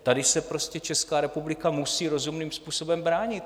Tady se prostě Česká republika musí rozumným způsobem bránit.